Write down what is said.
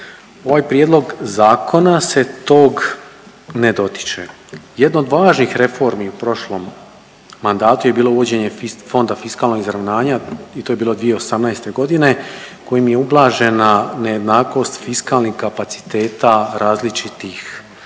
Ovaj prijedlog zakona se tog ne dotiče. Jedna od važnih reformi u prošlom mandatu je bilo uvođenje Fonda fiskalnog izravnanja i to je bilo 2018. godine kojim je ublažena nejednakost fiskalnih kapaciteta različitih